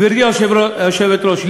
גברתי היושבת-ראש,